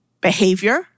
behavior